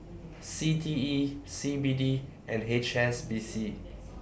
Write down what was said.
C T E C B D and H S B C